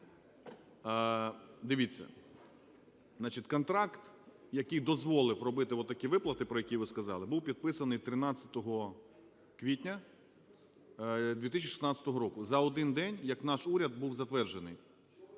значить, контракт, який дозволив робити такі виплати, про які ви сказали, був підписаний 13 квітня 2016 року – за один день, як наш уряд був затверджений.